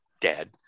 dead